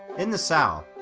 in the south,